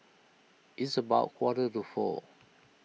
its about quarter to four